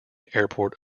airport